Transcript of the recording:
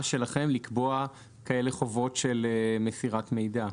שלכם לקבוע חובות כאלה של מסירת מידע.